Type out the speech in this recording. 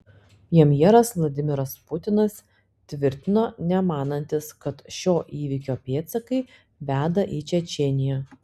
premjeras vladimiras putinas tvirtino nemanantis kad šio įvykio pėdsakai veda į čečėniją